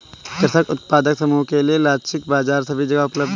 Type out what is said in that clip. कृषक उत्पादक समूह के लिए लक्षित बाजार सभी जगह उपलब्ध है